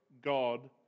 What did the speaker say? God